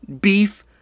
beef